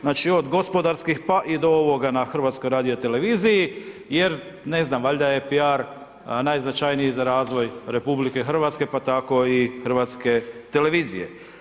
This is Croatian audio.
Znači, od gospodarskih pa i do ovoga na HRT-u jer, ne znam, valjda je PR najznačajniji za razvoj RH, pa tako i hrvatske televizije.